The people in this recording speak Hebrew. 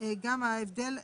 גם ההבדל,